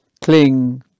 cling